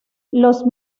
los